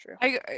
true